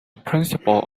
principle